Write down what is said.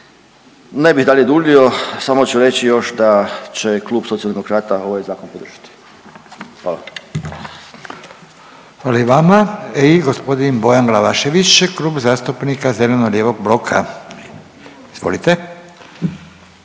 Ne bih dalje duljio. Samo ću reći još da će klub Socijaldemokrata ovaj zakon podržati. Hvala. **Radin, Furio (Nezavisni)** Hvala i vama. I gospodin Bojan Glavašević, Klub zastupnika zeleno-lijevog bloka. Izvolite.